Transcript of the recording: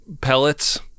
pellets